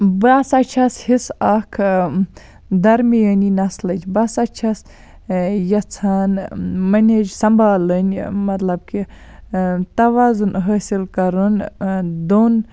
بہٕ ہَسا چھَس حِصہٕ اکھ درمیٲنی نَسلٕچ بہٕ ہَسا چھَس یَژھان مَنیج سَمبالٕنۍ مَطلَب کہِ تَوازُن حٲصل کَرُن دۄن